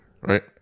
right